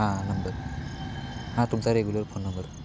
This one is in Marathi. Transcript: हां नंबर हां तुमचा रेगुलर फोन नंबर